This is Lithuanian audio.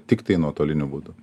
tiktai nuotoliniu būdu